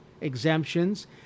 exemptions